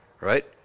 right